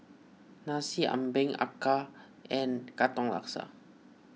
Nasi Ambeng Acar and Katong Laksa